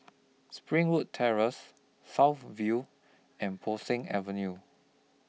Springwood Terrace South View and Bo Seng Avenue